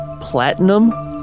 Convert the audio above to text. Platinum